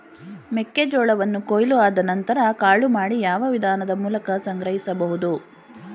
ಮೆಕ್ಕೆ ಜೋಳವನ್ನು ಕೊಯ್ಲು ಆದ ನಂತರ ಕಾಳು ಮಾಡಿ ಯಾವ ವಿಧಾನದ ಮೂಲಕ ಸಂಗ್ರಹಿಸಬಹುದು?